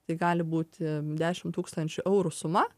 tai gali būti dešimt tūkstančių eurų suma